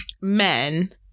men